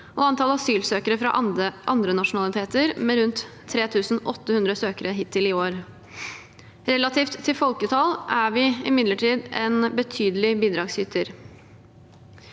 og antall asylsøkere fra andre nasjonaliteter, med rundt 3 800 søkere hittil i år. Relativt til folketall er vi imidlertid en betydelig bidragsyter.